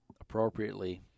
appropriately